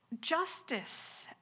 justice